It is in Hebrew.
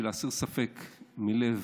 בשביל להסיר ספק מלב,